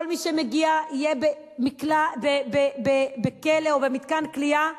כל מי שמגיע יהיה בבית-כלא או במתקן כליאה,